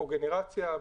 קוגנרציה,